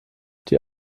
die